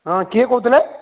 ହଁ କିଏ କହୁଥିଲେ